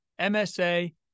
MSA